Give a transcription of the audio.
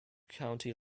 county